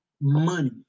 money